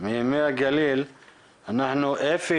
אפי